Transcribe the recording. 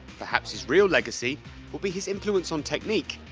perhaps his real legacy will be his influence on technique,